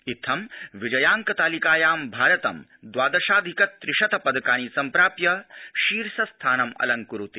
इत्थं विजयाङ्क तालिकायां भारतं द्वादशधिक त्रिशत पदकानि सम्प्राप्य शीर्षस्थानम् अलंकुरते